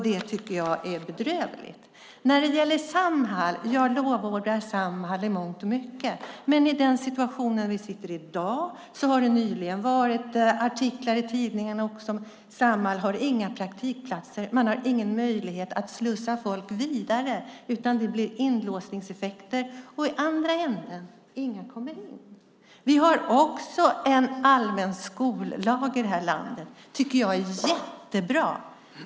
Det tycker jag är bedrövligt. Jag lovordar Samhall i mångt och mycket, men i samband med den situation vi har i dag har det varit artiklar i tidningarna om att Samhall inte har några praktikplatser. Man har ingen möjlighet att slussa folk vidare. Det blir inlåsningseffekter. I andra änden kommer ingen in. Vi har också en allmän skollag i det här landet. Det tycker jag är jättebra.